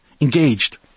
engaged